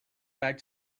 back